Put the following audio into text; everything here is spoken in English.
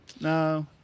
no